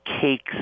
cakes